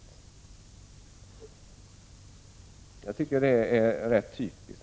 Jag tycker det är rätt typiskt.